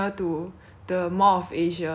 biggest malls in asia